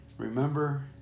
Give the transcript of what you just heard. Remember